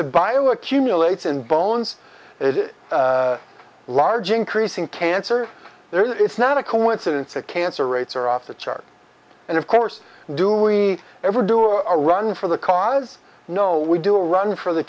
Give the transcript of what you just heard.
of bio accumulates in bones it is a large increase in cancer there it's not a coincidence that cancer rates are off the chart and of course do we ever do a run for the cause no we do a run for the